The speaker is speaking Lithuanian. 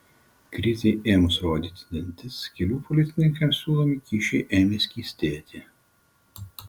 krizei ėmus rodyti dantis kelių policininkams siūlomi kyšiai ėmė skystėti